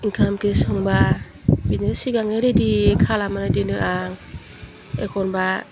ओंखाम ओंख्रि संबा बिदिनो सिगांनो रेडि खालामनानै दोनो आं एखनबा